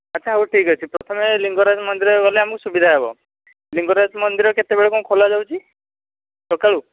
ଆଛା ହଉ ଠିକ୍ ଅଛି ପ୍ରଥମେ ଲିଙ୍ଗରାଜ ମନ୍ଦିର ଗଲେ ଆମକୁ ସୁବିଧା ହେବ ଲିଙ୍ଗରାଜ ମନ୍ଦିର କେତେବେଳେ କ'ଣ ଖୋଲା ଯାଉଛି ସକାଳୁ